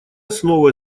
снова